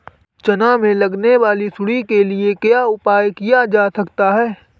चना में लगने वाली सुंडी के लिए क्या उपाय किया जा सकता है?